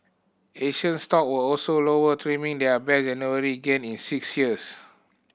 Asian stock were also lower trimming their best January gain in six years